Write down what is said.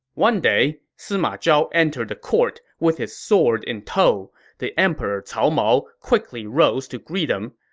one day, sima zhao entered the court with his sword in tow. the emperor cao mao quickly rose to greet him.